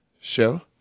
show